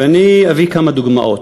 ואני אביא כמה דוגמאות.